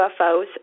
UFOs